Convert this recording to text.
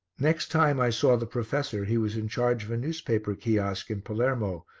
next time i saw the professor he was in charge of a newspaper kiosk in palermo,